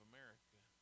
America